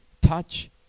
touch